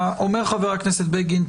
אומר חבר הכנסת בגין,